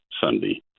Sunday